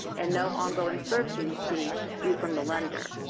and no ongoing servicing fee due from the lender.